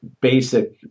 basic